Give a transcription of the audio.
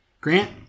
Grant